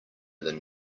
than